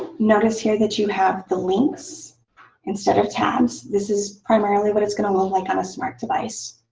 notice here that you have the links instead of tabs. this is primarily what it's going to look like on a smart device